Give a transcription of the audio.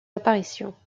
apparitions